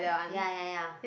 ya ya ya